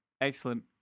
excellent